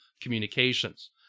communications